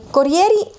Corrieri